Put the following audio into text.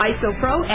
Isopro